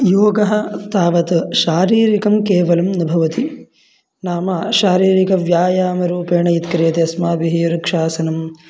योगः तावत् शारीरिकं केवलं न भवति नाम शारीरिकव्यायामरूपेण यत् क्रियतेस्माभिः वृक्षासनं